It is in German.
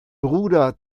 bruder